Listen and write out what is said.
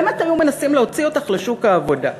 באמת היו מנסים להוציא אותך לשוק העבודה,